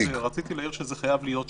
רציתי להעיר שזה חייב להיות שוויוני.